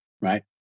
right